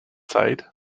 sighed